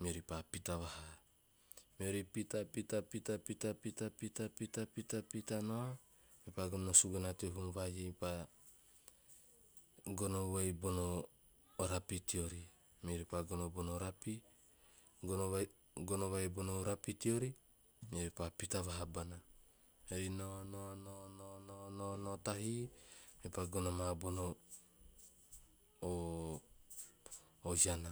Meori pa pita vaha, meori pa pita pita pita pita pita pita pita pita pita nao, me pa go suguna teo huum vai iei pa gono vai bono o rapi teori, meori pa gono bono rapi, gono vai- gono vai bono rapi teori. Meori pa pita vahabana, meori nao nao noa noa noa noa noa tahi, mepa gono ma bono o- oi siana